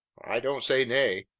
i don't say nay.